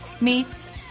meets